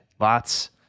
Lots